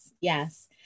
yes